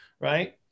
Right